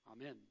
amen